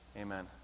Amen